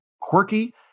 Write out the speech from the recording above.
quirky